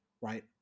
right